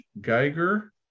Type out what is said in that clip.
Geiger